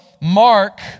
mark